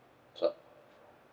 so